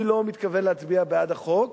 אני לא מתכוון להצביע בעד החוק,